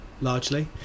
largely